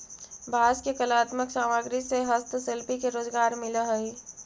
बांस के कलात्मक सामग्रि से हस्तशिल्पि के रोजगार मिलऽ हई